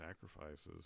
sacrifices